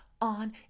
on